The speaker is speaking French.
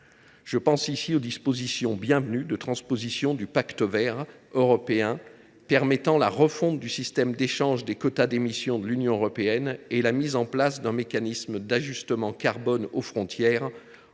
Je pense ici aux dispositions bienvenues de transposition du Pacte vert pour l’Europe, permettant la refonte du système d’échange des quotas d’émission de l’Union européenne et la mise en place d’un mécanisme d’ajustement carbone aux frontières